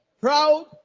proud